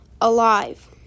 alive